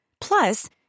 Plus